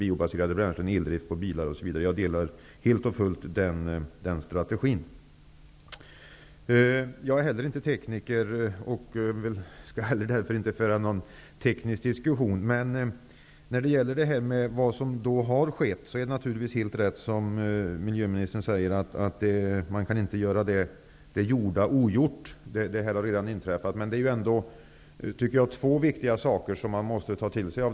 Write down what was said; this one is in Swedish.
Jag tänker då på t.ex. biobaserade bränslen och eldrivna bilar. Jag instämmer alltså helt och fullt beträffande den strategin. Inte heller jag är tekniker. Jag skall därför inte föra någon teknisk diskussion. Miljöministern har naturligtvis rätt när han säger att det som redan är gjort inte kan göras ogjort. Jag tycker dock att det finns två viktiga saker som man måste ta till sig här.